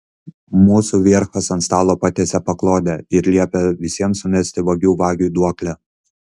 mūsų vierchas ant stalo patiesė paklodę ir liepė visiems sumesti vagių vagiui duoklę